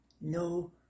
No